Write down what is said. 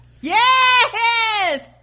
yes